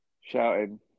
shouting